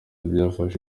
byafashe